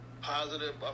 positive